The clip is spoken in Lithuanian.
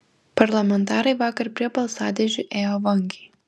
parlamentarai vakar prie balsadėžių ėjo vangiai